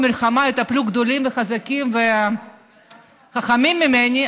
מלחמה יטפלו גדולים וחזקים וחכמים ממני,